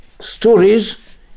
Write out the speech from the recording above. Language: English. Stories